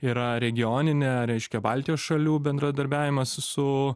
yra regioninė reiškia baltijos šalių bendradarbiavimas su